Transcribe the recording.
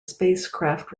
spacecraft